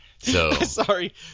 Sorry